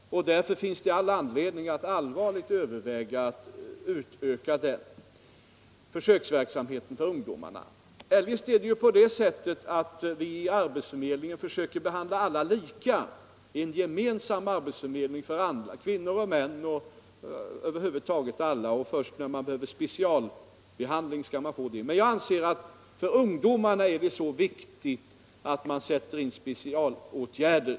Därför finns det alt anledning att allvarligt överväga att utöka verksamheten. Eljest försöker arbetsförmedlingen behandla alla lika i en gemensam arbetsför politiken Arbetsmarknadspolitiken medling för kvinnor och män. Först när någon behöver specialbehandling skall han eller hon få det. Men jag anser att det för ungdomen är mycket viktigt att man sätter in specialåtgärder.